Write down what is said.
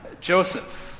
Joseph